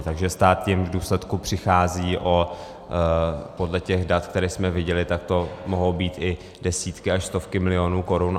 Takže stát v důsledku přichází o podle těch dat, která jsme viděli, to mohou být i desítky až stovky milionů korun.